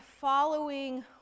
following